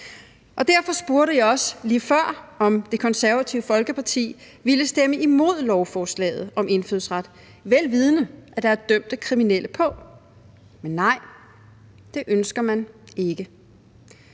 Derfor spurgte jeg også lige før, om Det Konservative Folkeparti ville stemme imod lovforslaget om indfødsret, vel vidende at der er dømte kriminelle på det. Men nej, det ønsker man ikke.